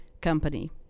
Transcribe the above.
company